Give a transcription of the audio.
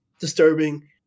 disturbing